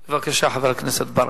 בבקשה, חבר הכנסת ברכה.